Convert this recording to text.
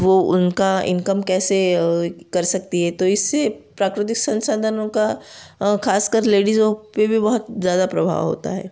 वो उनका इनकम कैसे कर सकती हैं तो इससे प्राकृतिक संसाधनों का ख़ास कर लेडीज़ लोग पर भी बहुत ज़्यादा प्रभाव होता है